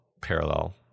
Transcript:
parallel